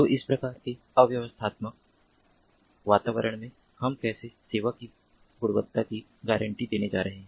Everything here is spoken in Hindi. तो इस तरह के अव्यवस्थात्मक वातावरण में हम कैसे सेवा की गुणवत्ता की गारंटी देने जा रहे हैं